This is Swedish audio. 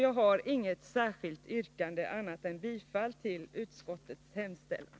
Jag har därför inget annat yrkande än bifall till utskottets hemställan.